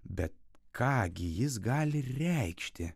bet ką gi jis gali reikšti